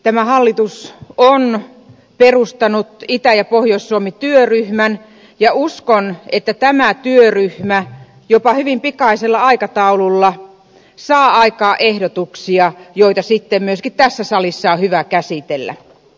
tämä hallitus on perustanut itä ja pohjois suomi työryhmän ja uskon että tämä työryhmä jopa hyvin pikaisella aikataululla saa aikaan ehdotuksia joita sitten myöskin tässä salissa on hyvä käsitellä